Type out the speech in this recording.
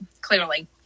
clearly